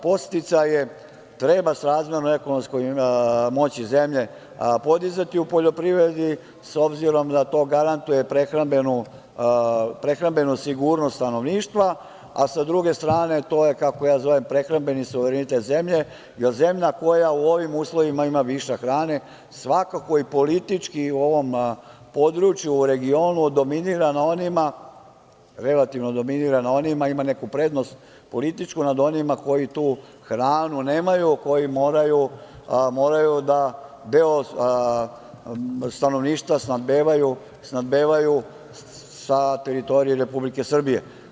Podsticaje treba srazmerno ekonomskoj moći zemlje podizati u poljoprivredi, obzirom da to garantuje prehrambenu sigurnost stanovništva, a sa druge strane, to je kako ja zovem, prehrambeni suverenitet zemlje, jer zemlja koja u ovim uslovima ima višak hrane, svakako i politički u ovom području u regionu dominira na onima, relativno dominira, ima neku prednost političku nad onima koji tu hranu nemaju, koji moraju da deo stanovništva snabdevaju sa teritorije Republike Srbije.